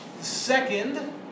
Second